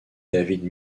david